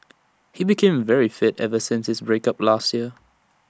he became very fit ever since his break up last year